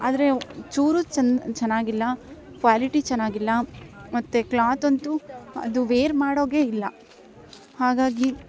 ಆದರೆ ಚೂರು ಚೆನ್ನ ಚೆನ್ನಾಗಿಲ್ಲ ಕ್ವಾಲಿಟಿ ಚೆನ್ನಾಗಿಲ್ಲ ಮತ್ತು ಕ್ಲಾತ್ ಅಂತು ಅದು ವೆರ್ ಮಾಡೋಗೆ ಇಲ್ಲ ಹಾಗಾಗಿ